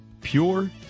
pure